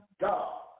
God